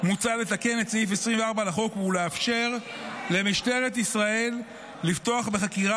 מוצע לתקן את סעיף 24 לחוק ולאפשר למשטרת ישראל לפתוח בחקירה